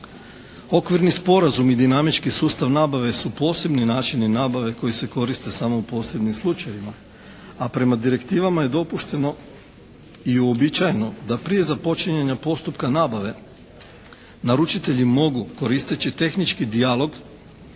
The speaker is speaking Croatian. Okvirni sporazum i dinamički sustav nabave su posebni načini nabave koji se koriste samo u posebnim slučajevima, a prema direktivama je dopušteno i uobičajeno da prije započinjanja postupka nabave naručitelji mogu koristeći tehnički dijalog